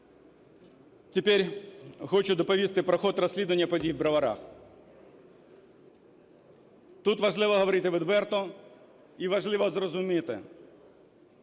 Тепер хочу доповісти про хід розслідування подій у Броварах. Тут важливо говорити відверто і важливо зрозуміти,